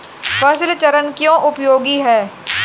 फसल चरण क्यों उपयोगी है?